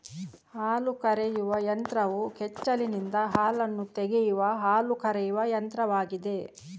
ಹಾಲು ಕರೆಯುವ ಯಂತ್ರವು ಕೆಚ್ಚಲಿನಿಂದ ಹಾಲನ್ನು ತೆಗೆಯುವ ಹಾಲು ಕರೆಯುವ ಯಂತ್ರವಾಗಿದೆ